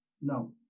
No